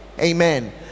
Amen